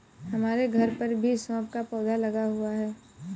हमारे घर पर भी सौंफ का पौधा लगा हुआ है